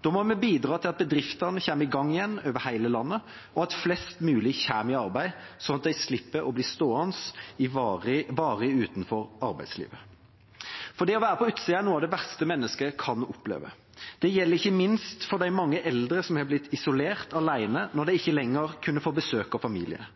Da må vi bidra til at bedriftene kommer i gang igjen over hele landet, og at flest mulig kommer i arbeid, slik at de slipper å bli stående varig utenfor arbeidslivet. For det å være på utsida er noe av det verste et menneske kan oppleve. Det gjelder ikke minst for de mange eldre som har blitt isolert alene når de ikke lenger kunne få besøk av familie.